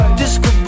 disco